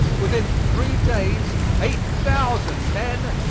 within three days eight thousand men,